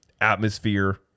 atmosphere